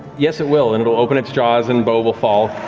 yes, it will, and it'll open its jaws and beau will fall.